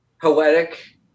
poetic